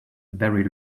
very